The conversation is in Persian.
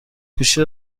گوشی